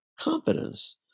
competence